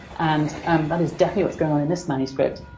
and that is definitely what's going on in this manuscript.